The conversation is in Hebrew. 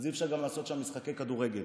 אז אי-אפשר לעשות שם משחקי כדורגל.